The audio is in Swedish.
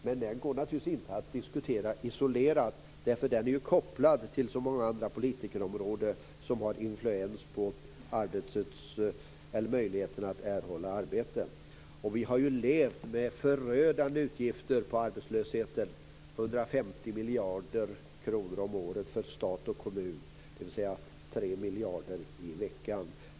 Men den går naturligtvis inte att diskutera isolerad, för den är ju kopplad till så många andra politikområden som har influens på möjligheterna att erhålla arbete. Vi har ju levt med förödande utgifter för arbetslöshet, 150 miljarder kronor om året för stat och kommun, dvs. 3 miljarder i veckan.